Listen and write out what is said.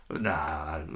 nah